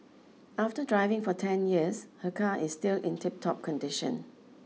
after driving for ten years her car is still in tiptop condition